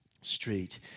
street